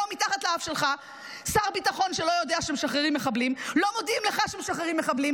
היו משחררים אותו במחשכים -- מי שאחראי --- חברת הכנסת ניר.